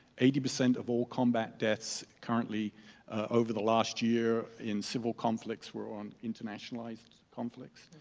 eighty percent of all combat deaths currently over the last year in civil conflicts were on internationalized conflicts.